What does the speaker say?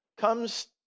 comes